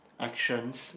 actions